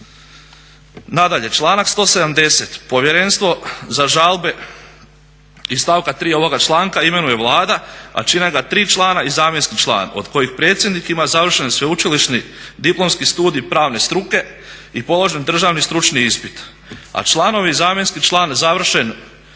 Nadalje, članak 170. Povjerenstvo za žalbe iz stavka 3. ovoga članka imenuje Vlada, a čine ga tri člana i zamjenski član od kojih predsjednik ima završen sveučilišni diplomski studij pravne struke i položen državni stručni ispit, a članovi i zamjenski član završen